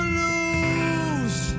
lose